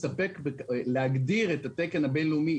להגדיר את התקן הבין-לאומי,